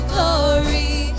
Glory